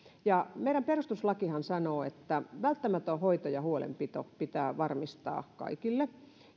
meidän perustuslakihan sanoo että välttämätön hoito ja huolenpito pitää varmistaa kaikille